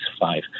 five